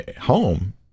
home